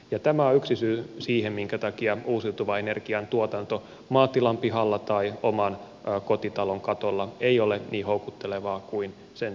tämä on yksi syy siihen minkä takia uusiutuvan energian tuotanto maatilan pihalla tai oman kotitalon katolla ei ole niin houkuttelevaa kuin sen tulisi olla